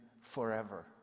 forever